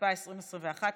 התשפ"א 2021,